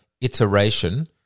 iteration